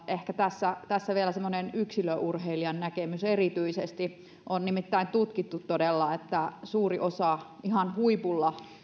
ehkä vielä semmoinen yksilöurheilijan näkemys erityisesti on nimittäin todella tutkittu että suuri osa ihan huipulla